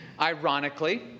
ironically